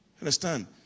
understand